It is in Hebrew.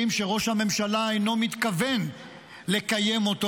שראש הממשלה אינו מתכוון לקיים אותו,